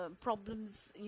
problems